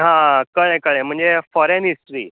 आं कळ्ळें कळ्ळें म्हणजे फॉरेन हिस्ट्री